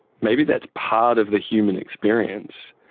maybe that's part of the human experience,